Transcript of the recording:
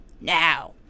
now